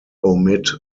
omit